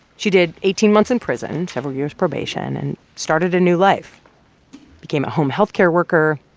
she did eighteen months in prison, several years probation and started a new life became a home health care worker,